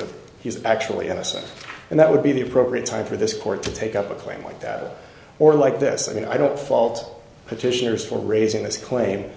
of he's actually innocent and that would be the appropriate time for this court to take up a claim like that or like this i mean i don't fault petitioners for raising this claim